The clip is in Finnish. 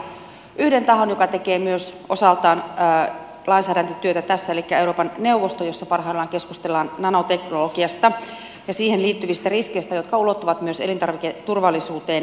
haluan nostaa vielä yhden tahon joka tekee myös osaltaan lainsäädäntötyötä tässä elikkä euroopan neuvoston jossa parhaillaan keskustellaan nanoteknologiasta ja siihen liittyvistä riskeistä jotka ulottuvat myös elintarviketurvallisuuteen